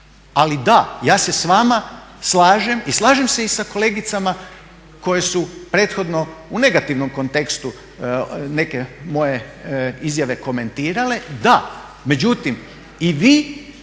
Ali da, ja se s vama slažem, i slažem se i sa kolegicama koje su prethodno u negativnom kontekstu neke moje izjave komentirale, da. Međutim, i vi